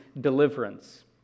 deliverance